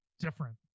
Different